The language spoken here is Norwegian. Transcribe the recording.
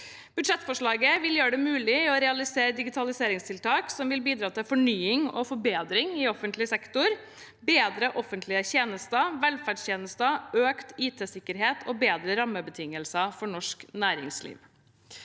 Budsjettforslaget vil gjøre det mulig å realisere digitaliseringstiltak som vil bidra til fornying og forbedring i offentlig sektor, bedre offentlige tjenester, velferdstjenester, økt IT-sikkerhet og bedre rammebetingelser for norsk næringsliv.